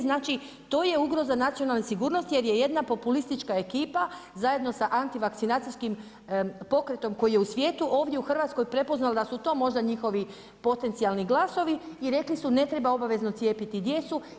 Znači to je ugroza nacionalne sigurnost jer je jedna populistička ekipa zajedno sa antivakcinacijskim pokretom koji je u svijetu ovdje u Hrvatskoj prepoznalo da su to možda njihovi potencijalni glasovi i rekli su ne treba obavezno cijepiti djecu.